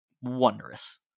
wondrous